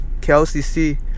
KLCC